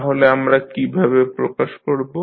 তাহলে আমরা কীভাবে প্রকাশ করব